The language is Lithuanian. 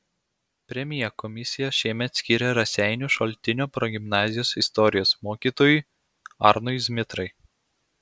premiją komisija šiemet skyrė raseinių šaltinio progimnazijos istorijos mokytojui arnui zmitrai